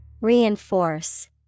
Reinforce